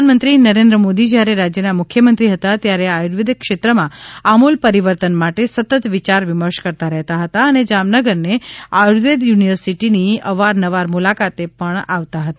પ્રધાનમંત્રી નરેન્દ્ર મોદી જયારે રાજયના મુખ્યમંત્રી હતા ત્યારે આયુર્વેદ ક્ષેત્રમાં આમુલ પરિવર્તન માટે સતત વિયાર વિમર્શ કરતા રહેતા હતા અને જામનગરને આયુર્વેદ યુનિર્વર્સીટી ની અવાર નવાર મુલાકાતે પણ આવતા હતા